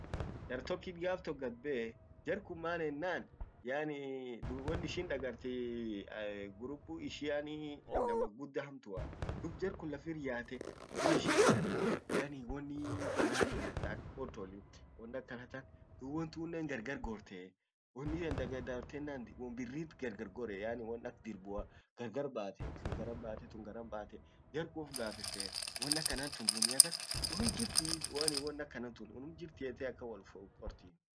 jar tokkit gaf tok gad bee, jar kun maan ennan yaanii dub won ishin dagartif ee ae guruppu ishiani inama gudda hamtua dub jar kun laffir yaate won ishin dagart yaani won ee baradhia taak portoli, won akanatan dub wontunnen gargar gortee won dibian dagadatenan won birrit gargar gorree yaani won ak dirbua gargar baate tun garan baate tun garan baate jar kun uf gafete won akanatan dunia kas unum jirtii? kwani won akatun unum jirtii akan ette wol qorti.